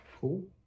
Cool